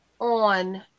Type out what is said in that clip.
on